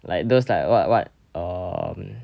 like those like what what um